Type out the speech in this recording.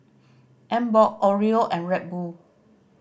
Emborg Oreo and Red Bull